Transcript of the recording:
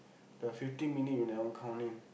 the fifteen minute you never count in